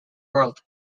world